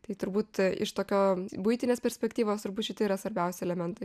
tai turbūt iš tokio buitinės perspektyvos turbūt šiti yra svarbiausi elementai